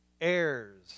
heirs